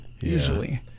usually